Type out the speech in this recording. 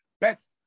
best